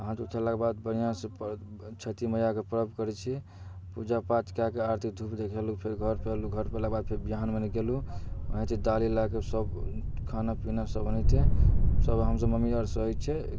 हाथ उठेलाके बाद बढ़िआँसँ छठि मइआके पर्व करै छिए पूजा पाठ कऽ कऽ आरती उरती देखेलहुँ फेर घरपर अएलहुँ घरपर अएलाके बाद फेर बिहान भेने गेलहुँ ओनाहिते डाली लऽ कऽ सब खाना पीनासब ओनाहिते हमसभ मम्मी आओर सहै छै